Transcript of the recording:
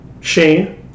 Shane